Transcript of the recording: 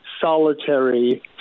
solitary